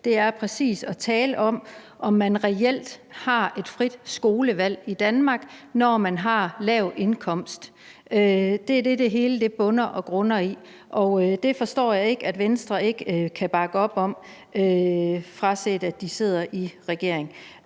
i, er at tale om, om man reelt har et frit skolevalg i Danmark, når man har lav indkomst. Det er det, det hele bunder og grunder i, og det forstår jeg ikke at Venstre ikke kan bakke op om, fraset at de sidder i regering.